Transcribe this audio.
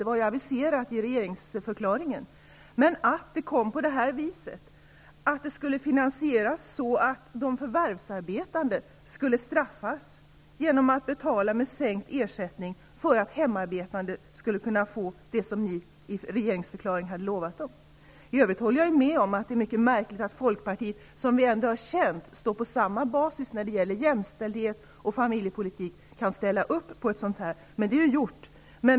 Det var aviserat i regeringsförklaringen. Det var i stället därför att det kom på detta vis, att det skulle finansieras så, att de förvärvsarbetande skulle straffas och betala med sänkt ersättning för att hemarbetande skulle kunna få det som ni i regeringsförklaringen hade lovat dem. I övrigt håller jag med om att det är mycket märkligt att Folkpartiet, som vi ändå har känt står på samma bas när det gäller jämställdhet och familjepolitik, kan ställa upp på ett sådant här. Men det är gjort.